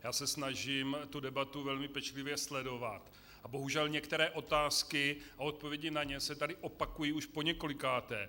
Já se snažím tu debatu velmi pečlivě sledovat a bohužel některé otázky a odpovědi na ně se tady opakují už poněkolikáté.